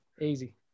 Easy